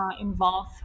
involve